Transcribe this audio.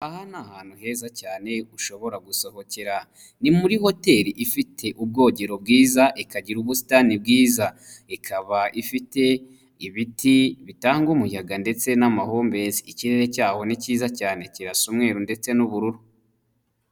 Aha ni ahantu heza cyane ushobora gusohokera, ni muri hoteri ifite ubwogero bwiza, ikagira ubusitani bwiza, ikaba ifite ibiti bitanga umuyaga ndetse n'amahumbezi, ikirere cyaho ni cyiza cyane kirasa umweru ndetse n'ubururu.